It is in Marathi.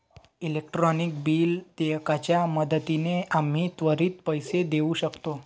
इलेक्ट्रॉनिक बिल देयकाच्या मदतीने आम्ही त्वरित पैसे देऊ शकतो